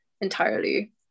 entirely